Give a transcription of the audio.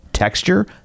Texture